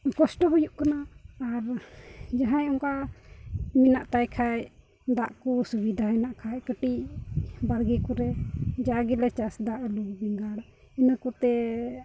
ᱠᱚᱥᱴᱚ ᱦᱩᱭᱩᱜ ᱠᱟᱱᱟ ᱟᱨ ᱡᱟᱦᱟᱸᱭ ᱚᱱᱠᱟ ᱢᱮᱱᱟᱜ ᱛᱟᱭ ᱠᱷᱟᱱ ᱫᱟᱜ ᱠᱚ ᱥᱩᱵᱤᱫᱷᱟ ᱦᱮᱱᱟᱜ ᱠᱷᱟᱱ ᱠᱟᱹᱴᱤᱡ ᱵᱟᱲᱜᱮ ᱠᱚᱨᱮᱫ ᱡᱟᱣ ᱜᱮᱞᱮ ᱪᱟᱥ ᱮᱫᱟ ᱟᱹᱞᱩ ᱵᱮᱸᱜᱟᱲ ᱤᱱᱟᱹ ᱠᱚᱛᱮ